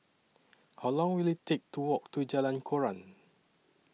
How Long Will IT Take to Walk to Jalan Koran